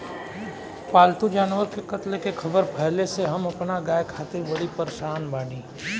पाल्तु जानवर के कत्ल के ख़बर फैले से हम अपना गाय खातिर बड़ी परेशान बानी